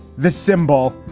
the symbol,